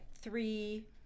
three